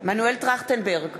מנואל טרכטנברג,